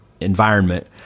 environment